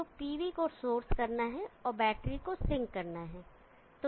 तो pv को source करना है और बैटरी को सिंक करना है